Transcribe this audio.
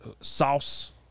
Sauce